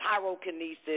pyrokinesis